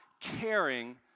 caring